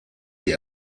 die